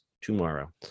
tomorrow